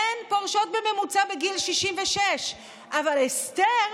הן פורשות בממוצע בגיל 66. אבל אסתר,